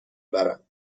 برم